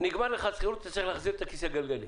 נגמרה לך השכירות ואתה צריך להחזיר את כיסא הגלגלים.